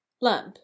Lamp